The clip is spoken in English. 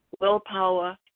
willpower